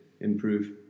improve